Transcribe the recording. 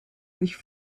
sich